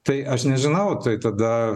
tai aš nežinau tai tada